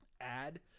add